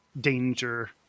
danger